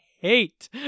hate